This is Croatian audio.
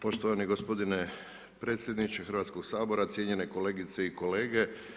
Poštovani gospodine predsjedniče Hrvatskog sabora, cijenjene kolegice i kolege.